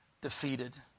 defeated